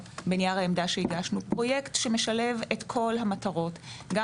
בנייר העמדה שהגשנו אנחנו הצענו פרויקט שמשלב את כל המטרות גם